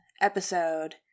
episode